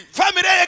family